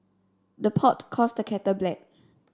the pot calls the kettle black